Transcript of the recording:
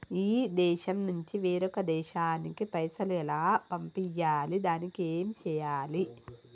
ఈ దేశం నుంచి వేరొక దేశానికి పైసలు ఎలా పంపియ్యాలి? దానికి ఏం చేయాలి?